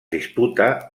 disputa